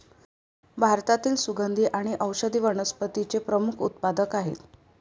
भारतातील सुगंधी आणि औषधी वनस्पतींचे प्रमुख उत्पादक आहेत